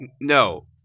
No